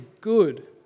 good